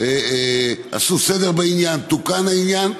עשו סדר בעניין, תוקן העניין.